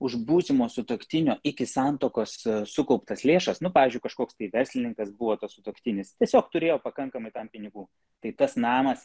už būsimo sutuoktinio iki santuokos sukauptas lėšas nu pavyzdžiui kažkoks tai verslininkas buvo tas sutuoktinis tiesiog turėjo pakankamai tam pinigų tai tas namas